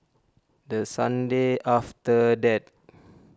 the sunday after that